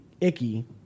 icky